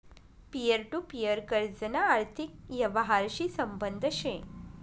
peer to peer कर्जना आर्थिक यवहारशी संबंध शे